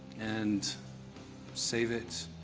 and save it.